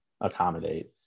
accommodate